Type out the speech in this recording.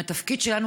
התפקיד שלנו,